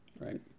Right